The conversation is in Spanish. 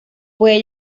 puede